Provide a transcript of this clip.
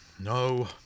No